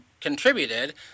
contributed